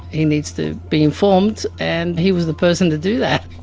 he needs to be informed, and he was the person to do that.